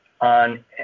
on